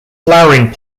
flowering